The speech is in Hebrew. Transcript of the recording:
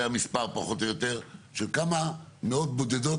פחות או יותר המספר של כמה מאות בודדות.